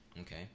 okay